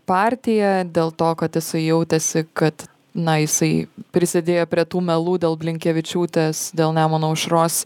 partiją dėl to kad jisai jautėsi kad na jisai prisidėjo prie tų melų dėl blinkevičiūtės dėl nemuno aušros